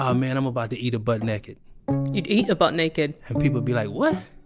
um man, i'm about to eat a butt naked you'd eat a butt naked? people'd be like what?